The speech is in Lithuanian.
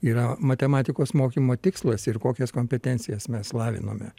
yra matematikos mokymo tikslas ir kokias kompetencijas mes lavinome